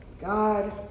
God